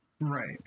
Right